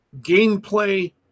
gameplay